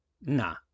Nah